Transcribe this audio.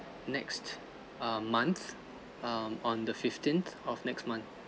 next month um on the fifteen of next month